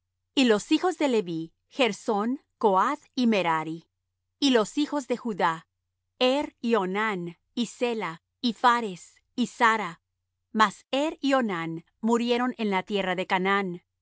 y los hijos de leví gersón coath y merari y los hijos de judá er y onán y sela y phares y zara mas er y onán murieron en la tierra de canaán